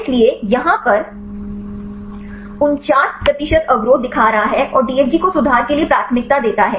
इसलिए यहाँ यह 49 प्रतिशत अवरोध दिखा रहा है और DFG को सुधार के लिए प्राथमिकता देता है